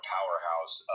Powerhouse